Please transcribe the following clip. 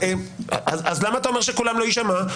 אז למה אתה אומר שקולם לא יישמע?